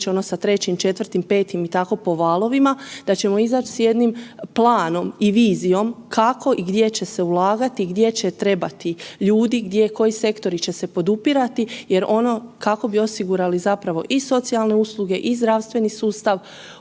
ono sa trećim, četvrtim, petim i tako po valovima, da ćemo izaći s jednim planom i vizijom kako i gdje će se ulagati, gdje će trebati ljudi, koji sektori će se podupirati jer ono kako bi osigurali i socijalne usluge i zdravstveni sustav